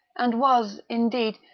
and was, indeed,